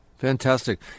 Fantastic